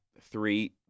three